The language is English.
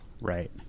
Right